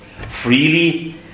Freely